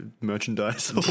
merchandise